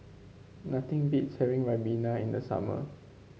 nothing beats having ribena in the summer